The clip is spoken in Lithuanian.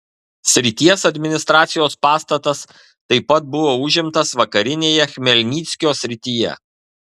srities administracijos pastatas taip pat buvo užimtas vakarinėje chmelnyckio srityje